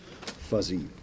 fuzzy